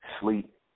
sleep